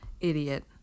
idiot